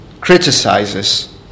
criticizes